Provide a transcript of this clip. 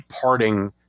parting